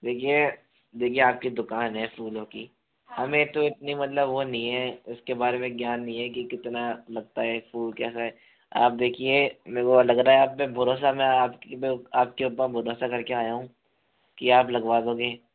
देखिये देखिये आपकी दुकान है फूलों की हमें तो इतनी मतलब वो नहीं है उसके बारे में ज्ञान नहीं है की कितना लगता है फूल कैसा है आप देखिये मेरे को लग रहा है आप पर भरोसा है मैं आपकी आपके ऊपर भरोसा करके आया हूँ कि आप लगवा दोगे